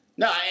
No